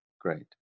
great